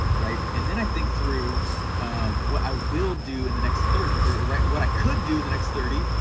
right and then i think through what i will do in the next thirty right, what i could do in the next thirty,